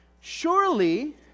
Surely